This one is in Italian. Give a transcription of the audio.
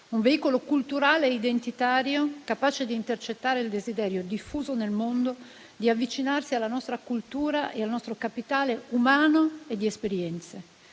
un veicolo culturale ed identitario, capace di intercettare il desiderio diffuso nel mondo di avvicinarsi alla nostra cultura e al nostro capitale umano e di esperienze.